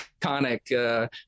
iconic